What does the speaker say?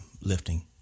lifting